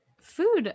food